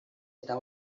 eta